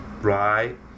Right